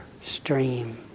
stream